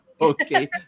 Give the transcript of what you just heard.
Okay